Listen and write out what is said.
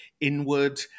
inward